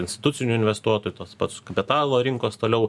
institucinių investuotojų tas pats kapitalo rinkos toliau